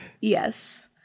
Yes